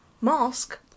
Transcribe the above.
Mask